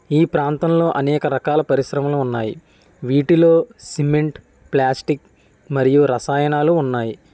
ఈ ప్రాంతంలో అనేక రకాల పరిశ్రమలు ఉన్నాయి వీటిలో సిమెంట్ ప్లాస్టిక్ మరియు రసాయనాలు ఉన్నాయి